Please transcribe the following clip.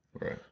Right